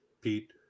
Pete